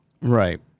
right